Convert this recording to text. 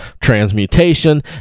transmutation